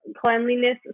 cleanliness